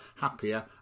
happier